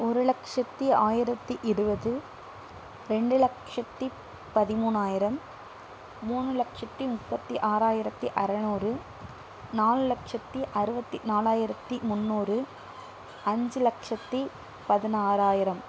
ஒரு லக்ஷத்தி ஆயிரத்தி இருபது ரெண்டு லக்ஷத்தி பதிமூணாயிரம் மூணு லக்ஷத்தி முப்பத்தி ஆறாயிரத்தி அறுநூறு நாலு லக்ஷத்தி அறுபத்தி நாலாயிரத்தி முன்னூறு அஞ்சு லக்ஷத்தி பதினாறாயிரம்